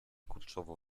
kurczowo